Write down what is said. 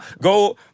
go